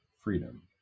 freedom